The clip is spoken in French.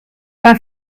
pas